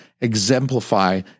exemplify